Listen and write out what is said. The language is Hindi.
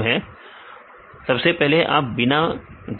सही है सबसे पहले आप बिना